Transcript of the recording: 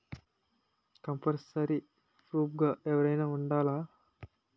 Compulsory proof గా ఎవరైనా ఉండాలా?